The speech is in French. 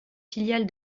filiale